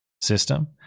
system